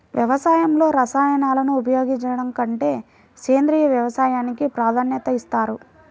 వ్యవసాయంలో రసాయనాలను ఉపయోగించడం కంటే సేంద్రియ వ్యవసాయానికి ప్రాధాన్యత ఇస్తారు